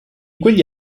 quegli